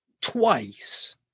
twice